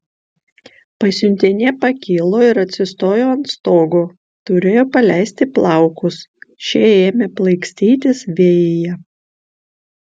pasiuntinė pakilo ir atsistojo ant stogo turėjo paleisti plaukus šie ėmė plaikstytis vėjyje